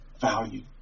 value